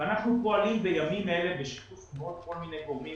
אנחנו פועלים בימים אלה בשיתוף עם עוד כל מיני גורמים